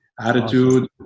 Attitude